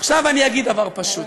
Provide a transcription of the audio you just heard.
עכשיו אני אגיד דבר פשוט,